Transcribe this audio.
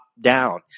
down